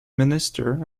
minister